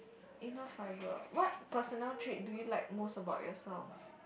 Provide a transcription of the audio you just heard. enough fibre what personal trait do you like most about yourself